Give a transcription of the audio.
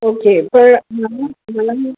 okay तर मला